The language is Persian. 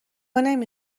نمی